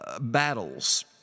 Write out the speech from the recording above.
battles